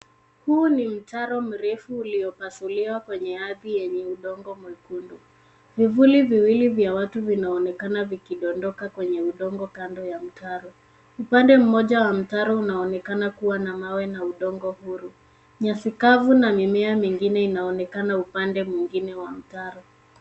Huu ni mtaro mrefu uliopasuliwa kwenye ardhi yenye udongo mwekundu. Vivuli viwili vya watu vinaonekana vikodondoka kwenye udongo kando ya mtaro. Upande mmoja wa mtaro unaonekana kuwa na mawe na udongo huruma. Nyasi kavu na mimea mingine inaonekana upande mwingine wa mtaro.